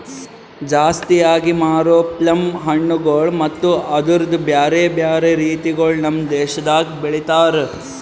ಜಾಸ್ತಿ ಆಗಿ ಮಾರೋ ಪ್ಲಮ್ ಹಣ್ಣುಗೊಳ್ ಮತ್ತ ಅದುರ್ದು ಬ್ಯಾರೆ ಬ್ಯಾರೆ ರೀತಿಗೊಳ್ ನಮ್ ದೇಶದಾಗ್ ಬೆಳಿತಾರ್